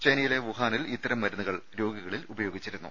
ചൈനയിലെ വുഹാനിൽ ഇത്തരം മരുന്നുകൾ രോഗികളിൽ ഉപയോഗിച്ചിരുന്നു